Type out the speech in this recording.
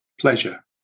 pleasure